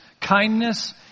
kindness